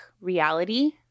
reality